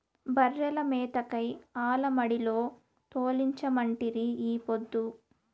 బర్రెల మేతకై ఆల మడిలో తోలించమంటిరి ఈ పొద్దు